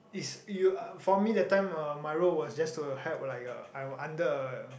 is you for me that time uh my role was just to help like a I'm under a